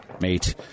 Mate